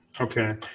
Okay